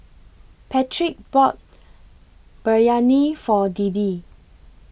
Patric bought Biryani For Deedee